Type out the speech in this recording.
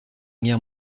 guerre